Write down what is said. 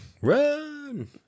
Run